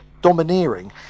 domineering